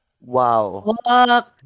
Wow